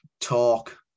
talk